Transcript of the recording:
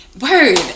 Word